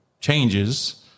changes